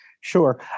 sure